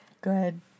Good